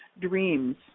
dreams